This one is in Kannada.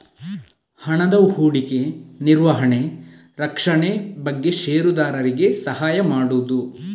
ಹಣದ ಹೂಡಿಕೆ, ನಿರ್ವಹಣೆ, ರಕ್ಷಣೆ ಬಗ್ಗೆ ಷೇರುದಾರರಿಗೆ ಸಹಾಯ ಮಾಡುದು